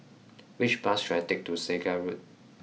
which bus should I take to Segar Road